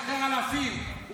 שחרר אלפים,